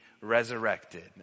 resurrected